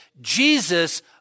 Jesus